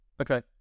okay